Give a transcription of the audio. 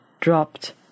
dropped